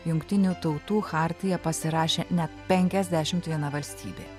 jungtinių tautų chartiją pasirašė net penkiasdešimt viena valstybė